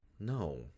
No